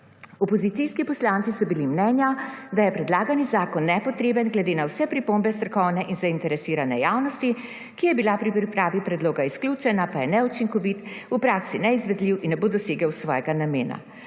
Opozicijski poslanci so bili mnenja, da je predlagani zakon nepotreben glede na vse pripombe strokovne in zainteresirane javnosti, ki je bila pri pripravi predloga izključena, pa je neučinkovit, v praksi neizvedljiv in ne bo dosegel svojega namena.